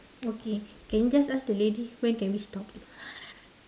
okay can you just ask the lady when can we stop